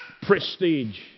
Prestige